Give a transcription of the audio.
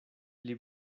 pli